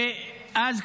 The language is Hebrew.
ואז,